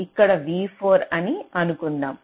ఇక్కడ v4 అని అనుకుందాం